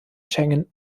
schengen